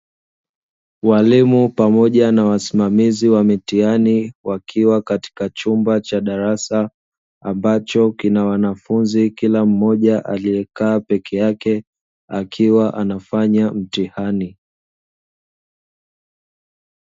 Walimu pamoja na wasimamizi wa mitihani wakiwa katika chumba cha darasa, ambacho kina wanafunzi kila mmoja, aliyekaa peke ake akiwa anafanya mtihani.